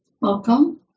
welcome